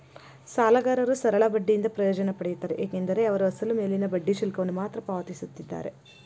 ಸಾಲಗಾರರು ಸರಳ ಬಡ್ಡಿಯಿಂದ ಪ್ರಯೋಜನ ಪಡೆಯುತ್ತಾರೆ ಏಕೆಂದರೆ ಅವರು ಅಸಲು ಮೇಲಿನ ಬಡ್ಡಿ ಶುಲ್ಕವನ್ನು ಮಾತ್ರ ಪಾವತಿಸುತ್ತಿದ್ದಾರೆ